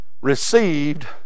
received